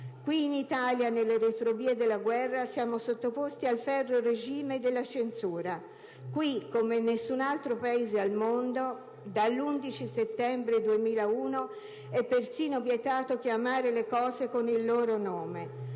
Qui in Italia, nelle retrovie della guerra, siamo sottoposti al ferreo regime della censura. Qui (come in nessun altro Paese al mondo), dall'11 settembre 2001 è persino vietato chiamare le cose con il loro nome.